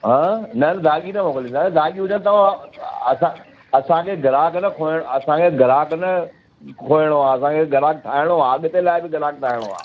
हा न दाग़ी न मोकिलींदासि दाग़ी हुजनि त असां असांखे ग्राहक न खोहिणो असांखे ग्राहक न खोहिणो आहे असांखे ग्राहक ठाहिणो आहे अॻिते लाइ बि ग्राहक ठाहिणो आहे